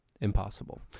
impossible